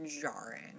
jarring